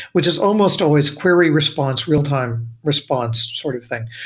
which is almost always query response, real-time response sort of thing.